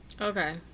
Okay